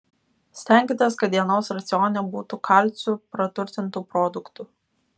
stenkitės kad dienos racione būtų kalciu praturtintų produktų